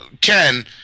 Ken